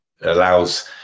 allows